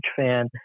fan